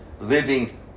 living